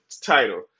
title